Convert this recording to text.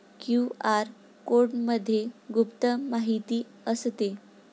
QR कोडमध्ये गुप्त माहिती असते